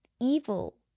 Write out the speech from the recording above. evil